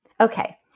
okay